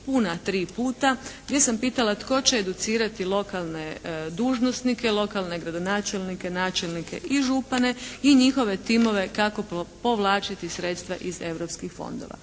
puna tri puta, gdje sam pitala tko će educirati lokalne dužnosnike, lokalne gradonačelnike, načelnike i župane i njihove timove kako povlačiti sredstva iz europskih fondova?